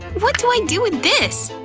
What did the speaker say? what do i do with this?